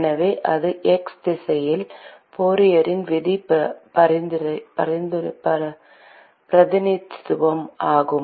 எனவே அது x திசையில் ஃபோரியரின் விதியின் பிரதிநிதித்துவம் ஆகும்